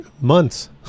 months